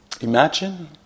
Imagine